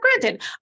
granted